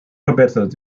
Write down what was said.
verbessert